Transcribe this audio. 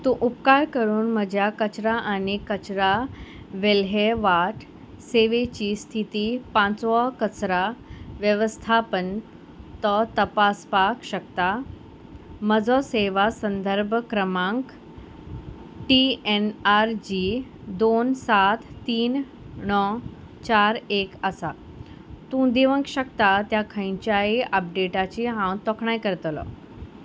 तूं उपकार करून म्हज्या कचरा आनी कचरा वेले वाट सेवेची स्थिती पांचवो कचरा वेवस्थापन तो तपासपाक शकता म्हजो सेवा संदर्भ क्रमांक टी एन आर जी दोन सात तीन णव चार एक आसा तूं दिवंक शकता त्या खंयच्याय अपडेटाची हांव तोखणाय करतलो